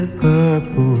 purple